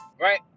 right